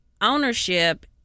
ownership